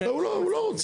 והוא לא, הוא לא רוצה.